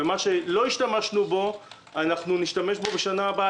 ומה שלא השתמשנו בו נשתמש בו בשנה הבאה.